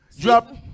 drop